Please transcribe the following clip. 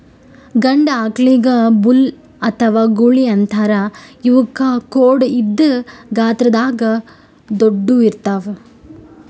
ಗಂಡ ಆಕಳಿಗ್ ಬುಲ್ ಅಥವಾ ಗೂಳಿ ಅಂತಾರ್ ಇವಕ್ಕ್ ಖೋಡ್ ಇದ್ದ್ ಗಾತ್ರದಾಗ್ ದೊಡ್ಡುವ್ ಇರ್ತವ್